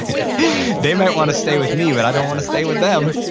yeah they might want to stay with me but i don't want to stay with them.